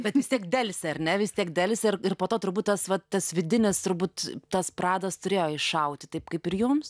bet vis tiek delsė ar ne vis tiek delsė ir ir po to turbūt tas va tas vidinis turbūt tas pradas turėjo iššauti taip kaip ir jums